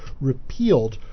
repealed